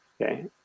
Okay